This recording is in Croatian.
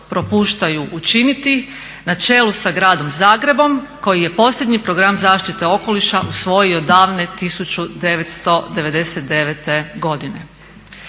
propuštaju učiniti na čelu sa Gradom Zagrebom koji je posljednji program zaštite okoliša usvojio davne 1999.godine.